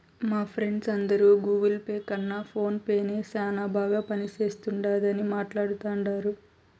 మా ఫ్రెండ్స్ అందరు Google Pay కన్న ఫోన్ పే నే సేనా బాగా పనిచేస్తుండాదని మాట్లాడతాండారు